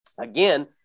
again